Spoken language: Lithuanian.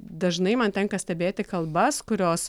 dažnai man tenka stebėti kalbas kurios